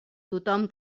tothom